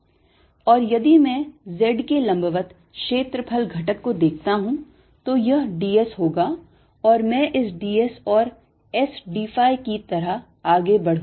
और यदि मैं z के लंबवत क्षेत्रफल घटक को देखता हूँ तो यह d s होगा और मैं इस d s और S d phi की तरह आगे बढूंगा